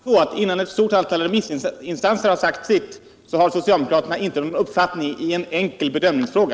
Herr talman! Innan ett stort antal remissinstanser har sagt sitt, har alltså socialdemokraterna inte någon uppfattning i en enkel bedömningsfråga.